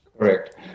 Correct